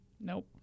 Nope